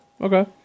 Okay